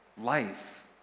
life